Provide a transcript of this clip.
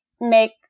make